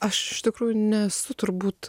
aš iš tikrųjų nesu turbūt